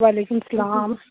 وعلیکُم السلام